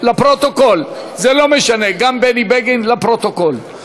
לפרוטוקול, זה לא משנה, גם בני בגין, לפרוטוקול.